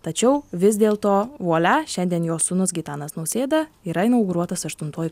tačiau vis dėl to vuolia šiandien jo sūnus gitanas nausėda yra inauguruotas aštuntuoju